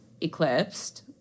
Eclipsed